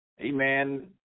Amen